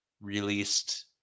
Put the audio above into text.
released